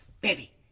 baby